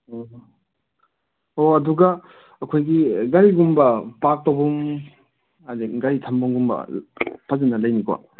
ꯑꯣꯍꯣ ꯑꯣ ꯑꯗꯨꯒ ꯑꯩꯈꯣꯏꯒꯤ ꯒꯥꯔꯤꯒꯨꯝꯕ ꯄꯥꯔꯛ ꯇꯧꯐꯝ ꯑꯗꯩ ꯒꯥꯔꯤ ꯊꯝꯐꯝꯒꯨꯝꯕ ꯐꯖꯅ ꯂꯩꯅꯤꯀꯣ